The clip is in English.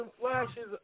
flashes